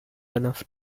enough